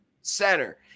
center